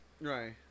Right